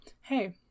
Hey